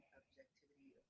objectivity